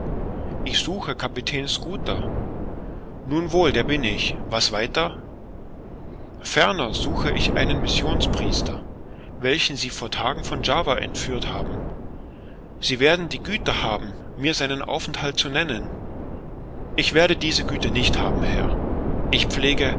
ich suche kapitän schooter nun wohl der bin ich was weiter ferner suche ich einen missionspriester welchen sie vor einigen tagen von java entführt haben sie werden die güte haben mir seinen aufenthalt zu nennen ich werde diese güte nicht haben herr ich pflege